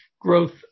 growth